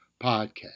podcast